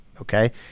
Okay